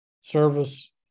service